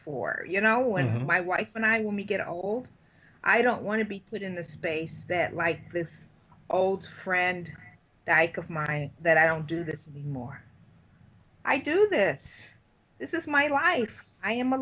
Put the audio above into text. for you know when my wife and i when we get old i don't want to be put in this space that like this old friend of mine that i don't do this more i do this this is my life i am a